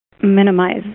Minimize